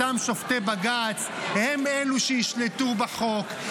אותם שופטי בג"ץ הם אלה שישלטו בחוק,